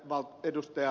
laukkaselle